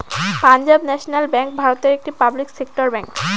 Punjab National Bank ভারতের একটি public sector bank